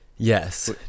Yes